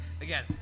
Again